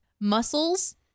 muscles